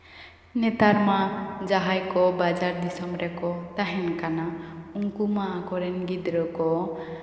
ᱱᱮᱛᱟᱨ ᱢᱟ ᱡᱟᱦᱟᱸᱭ ᱠᱚ ᱵᱟᱡᱟᱨ ᱫᱤᱥᱚᱢ ᱨᱮᱠᱚ ᱛᱟᱦᱮᱱ ᱠᱟᱱᱟ ᱩᱱᱠᱩ ᱢᱟ ᱟᱠᱚ ᱨᱮᱱ ᱜᱤᱫᱽᱨᱟᱹ ᱠᱚ